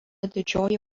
didžioji